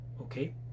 okay